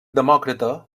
demòcrata